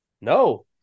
No